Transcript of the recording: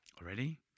Already